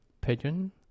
pigeon